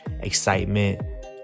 excitement